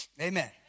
Amen